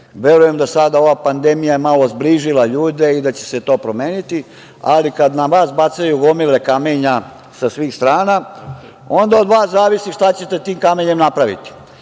verujem da sada ova pandemija je malo zbližila ljude i da će se to promeniti, ali kada na vas bacaju gomile kamenja sa svih strana, onda od vas zavisi šta ćete tim kamenjem napraviti.